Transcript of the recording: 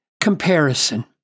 comparison